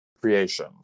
creation